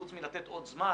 חוץ מלתת עוד זמן